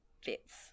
fits